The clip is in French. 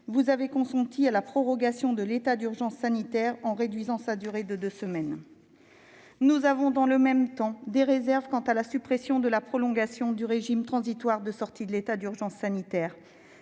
Vous avez consenti à la prorogation de l'état d'urgence sanitaire tout en réduisant sa durée de deux semaines. Nous avons, dans le même temps, des réserves quant à la suppression de la prolongation du régime transitoire de sortie de l'état d'urgence sanitaire.